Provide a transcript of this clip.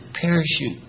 parachute